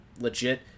legit